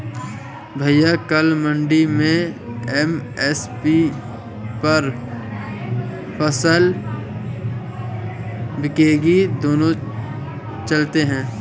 भैया कल मंडी में एम.एस.पी पर फसल बिकेगी दोनों चलते हैं